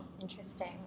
interesting